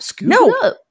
No